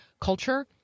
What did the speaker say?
culture